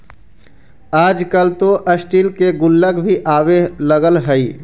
आजकल तो स्टील के गुल्लक भी आवे लगले हइ